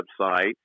website